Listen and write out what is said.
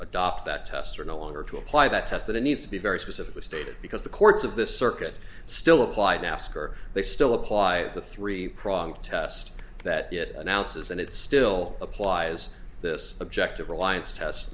adopt that test or no longer to apply that test that it needs to be very specifically stated because the courts of this circuit still apply to ask are they still apply the three prong test that it announces and it still applies this objective reliance test